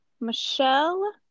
Michelle